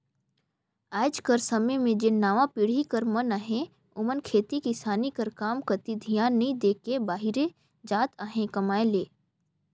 आएज कर समे में जेन नावा पीढ़ी कर मन अहें ओमन खेती किसानी कर काम कती धियान नी दे के बाहिरे जात अहें कमाए ले